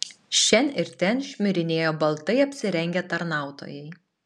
šen ir ten šmirinėjo baltai apsirengę tarnautojai